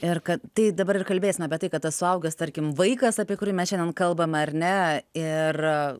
ir kad tai dabar ir kalbėsim apie tai kad tas suaugęs tarkim vaikas apie kurį mes šiandien kalbame ar ne ir